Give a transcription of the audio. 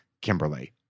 Kimberly